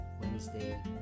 Wednesday